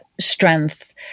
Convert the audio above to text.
strength